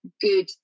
good